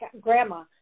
grandma